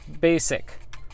basic